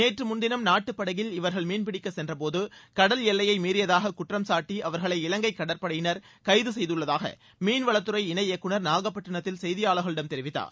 நேற்று முன்தினம் நாட்டுப்படகில் இவர்கள் மீன்பிடிக்கச் சென்றபோது கடல் எல்லையை மீறியதாக குற்றம் சாட்டி அவர்களை இலங்கை கடற்படையினர் கைது செய்துள்ளதாக மீனவளத்துறை இணைய இயக்குநர் நாகப்பட்டினத்தில் செய்தியாளர்களிடம் தெரிவித்தார்